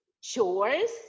chores